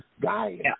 guy